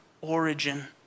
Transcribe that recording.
origin